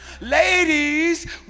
Ladies